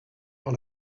par